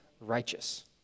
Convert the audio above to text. righteous